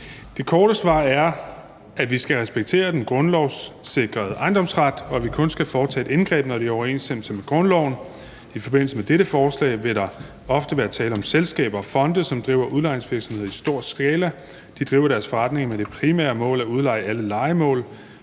Det korte svar er, at vi skal respektere den grundlovssikrede ejendomsret, og at vi kun skal foretage et indgreb, når det er i overensstemmelse med grundloven. I forbindelse med dette forslag vil der ofte være tale om selskaber og fonde, som driver udlejningsvirksomhed i stor skala. De driver deres forretning med det primære mål at udleje alle lejemål.